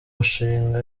mishinga